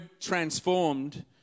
transformed